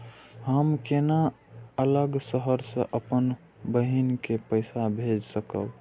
हम केना अलग शहर से अपन बहिन के पैसा भेज सकब?